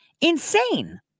insane